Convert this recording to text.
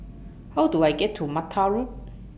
How Do I get to Mattar Road